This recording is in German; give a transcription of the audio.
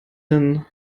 hin